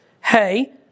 hey